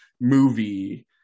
movie